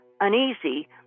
uneasy